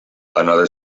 another